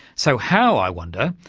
so how, i wonder,